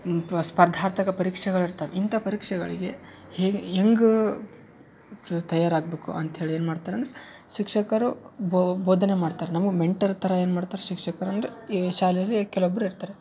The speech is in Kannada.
ಪ ಸ್ಪರ್ಧಾತಕ ಪರೀಕ್ಷೆಗಳು ಇರ್ತಾವ ಇಂಥ ಪರೀಕ್ಷೆಗಳಿಗೆ ಹೇಗೆ ಹೆಂಗೆ ತಯಾರಾಗಬೇಕು ಅಂತ್ಹೇಳಿ ಏನು ಮಾಡ್ತಾರಂದ್ರೆ ಶಿಕ್ಷಕರು ಬೋಧನೆ ಮಾಡ್ತಾರೆ ನಮ್ಗ ಮೆಂಟರ್ ಥರ ಏನ್ಮಾಡ್ತಾರೆ ಶಿಕ್ಷಕರಂದರೆ ಈ ಶಾಲೆಯಲ್ಲಿ ಕೆಲವೊಬ್ರು ಇರ್ತಾರೆ